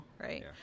right